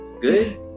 Good